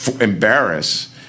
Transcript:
embarrass